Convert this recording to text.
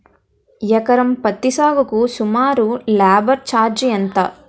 ఎకరం పత్తి సాగుకు సుమారు లేబర్ ఛార్జ్ ఎంత?